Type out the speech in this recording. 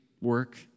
work